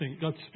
God's